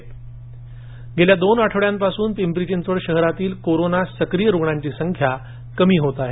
Pimpri Chinchwad corona गेल्या दोन आठवड्यापासून पिंपरी चिंचवड शहरातील कोरोना सक्रिय रुग्णांची संख्या कमी होत आहे